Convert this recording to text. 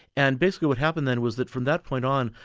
and basically what happened then was that from that point on,